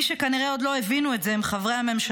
מי שכנראה עוד לא הבינו את זה הם חברי הממשלה,